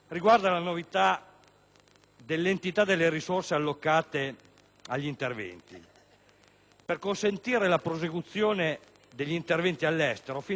dell'entità delle risorse allocate agli interventi, per consentire la prosecuzione di quelli all'estero fino al 30 giugno.